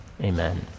amen